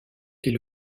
est